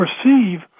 perceive